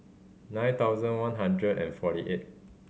nine thousand one hundred and forty eight